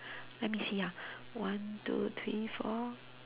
let me see ah one two three four